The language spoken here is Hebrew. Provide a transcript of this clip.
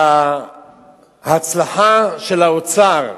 ההצלחה של האוצר,